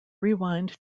rewind